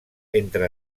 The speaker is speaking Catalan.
entre